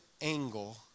angle